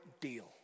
deal